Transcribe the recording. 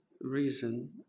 reason